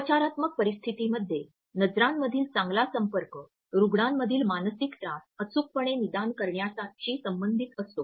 उपचारात्मक परिस्थितीमध्ये नजरांमधील चांगला संपर्क रूग्णांमधील मानसिक त्रास अचूकपणे निदान करण्याशी संबंधित असतो